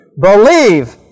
believe